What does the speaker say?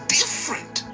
different